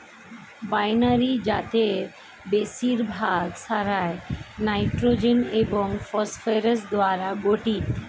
binary জাতের বেশিরভাগ সারই নাইট্রোজেন এবং ফসফরাস দ্বারা গঠিত